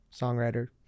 songwriter